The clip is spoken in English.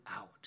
out